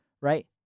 right